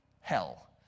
hell